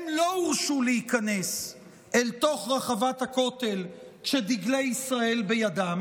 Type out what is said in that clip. הם לא הורשו להיכנס אל תוך רחבת הכותל כשדגלי ישראל בידם.